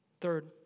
Third